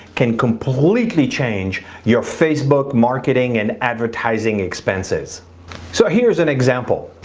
can completely change your facebook marketing and advertising expenses so here's an example,